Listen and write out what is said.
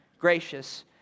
gracious